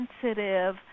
sensitive